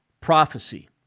prophecy